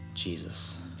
Jesus